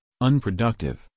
unproductive